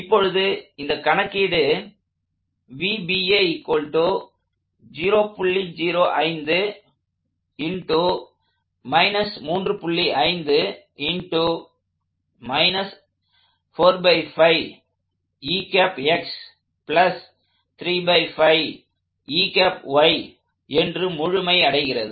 இப்பொழுது இந்த கணக்கீடு என்று முழுமை அடைகிறது